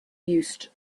used